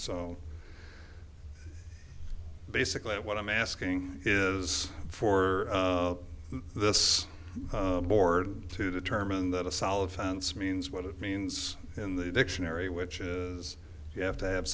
so basically what i'm asking is for this board to determine that of solid funds means what it means in the dictionary which is you have to have